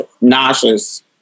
nauseous